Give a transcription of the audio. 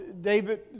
David